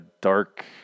dark